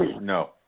No